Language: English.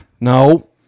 No